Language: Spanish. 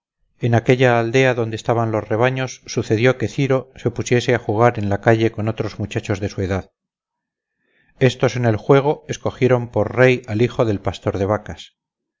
en aquella aldea donde estaban los rebaños sucedió que ciro se pusiese a jugar en la calle con otros muchachos de su edad estos en el juego escogieron por rey al hijo del pastor de vacas